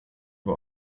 war